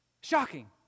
Shocking